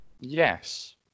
Yes